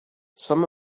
some